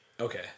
Okay